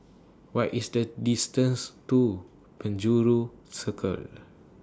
What IS The distance to Penjuru Circle